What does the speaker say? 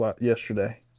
yesterday